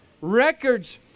records